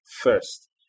first